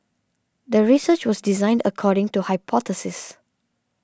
the research was designed according to hypothesis